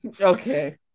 Okay